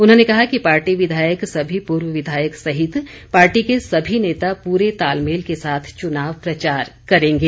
उन्होंने कहा कि पार्टी विधायक सभी पूर्व विधायक सहित पार्टी के सभी नेता पूरे तालमेल के साथ चुनाव प्रचार करेंगे